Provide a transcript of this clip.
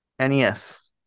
NES